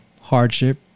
hardship